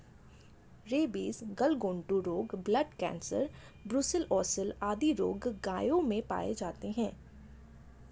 rabies, गलघोंटू रोग, black quarter, brucellosis आदि रोग गायों में पाया जाता है